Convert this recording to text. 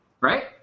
right